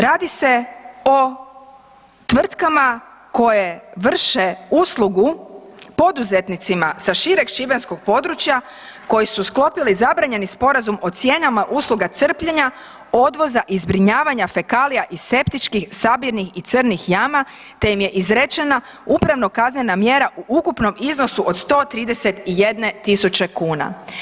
Radi se o tvrtkama koje vrše uslugu poduzetnicima sa šireg šibenskog područja koji su sklopili zabranjeni sporazum o cijenama usluga crpljenja odvoza i zbrinjavanja fekalija iz septičkih sabirnih i crnih jama te im je izrečena upravno-kaznena mjera u ukupnom iznosu od 131 000 kuna.